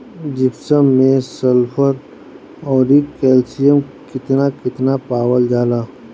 Gypsum मैं sulphur औरी calcium कितना कितना पावल जाला?